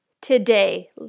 today